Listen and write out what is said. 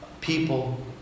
people